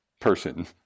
person